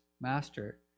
Master